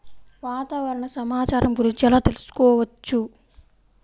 వాతావరణ సమాచారము గురించి ఎలా తెలుకుసుకోవచ్చు?